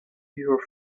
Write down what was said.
her